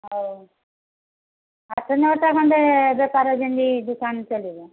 ହଉ ଆଠ ନଅଟା ଖଣ୍ଡେ ବେପାର ଯେମିତି ଦୁକାନ ଚାଲିବ